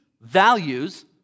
values